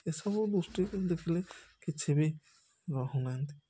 ଏସବୁ ଦୃଷ୍ଟିରୁ ଦେଖିଲେ କିଛି ବି ରହୁନାହାନ୍ତି